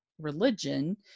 religion